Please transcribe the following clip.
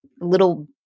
little